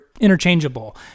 interchangeable